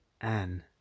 Anne